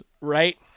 right